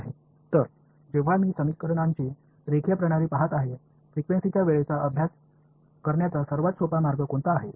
எனவே நான் சமன்பாடுகளின் லீனியர் முறையைப் பார்க்கும்போது அதிர்வெண் நேரத்தைப் படிப்பதற்கான மிகவும் வசதியான வழி எது